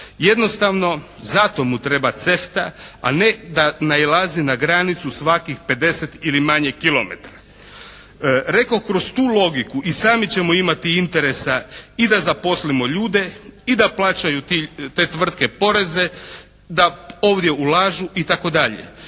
Jednostavno zato mu treba CEFTA a ne da nailazi na granicu svakih 50 ili manje kilometara. Rekoh kroz tu logiku i sami ćemo imati interesa i da zaposlimo ljude i da plaćaju te tvrtke poreze, da ovdje ulažu itd.,